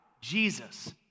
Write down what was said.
Jesus